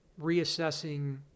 reassessing